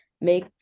make